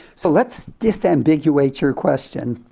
so, let's disambiguate your question.